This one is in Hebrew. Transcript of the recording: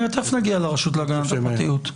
תכף נגיע לרשות להגנת הפרטיות.